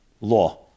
law